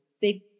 big